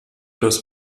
das